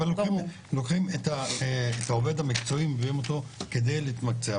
אבל לוקחים את העובד המקצועי ומביאים אותו כדי להתמקצע,